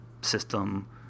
system